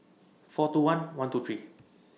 four two one one two three